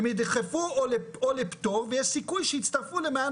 הם נדחפו או לפטור ויש סיכוי שיצטרכו למעיין